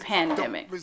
Pandemic